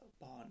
bond